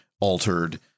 altered